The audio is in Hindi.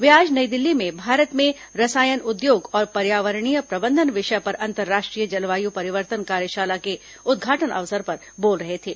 वे आज नई दिल्ली में भारत में रसायन उद्योग और पर्यावरणीय प्रबंधन विषय पर अंतर्राष्ट्रीय जलवायु परिवर्तन कार्यशाला के उद्घाटन अवसर पर बोल रहे थे